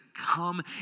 come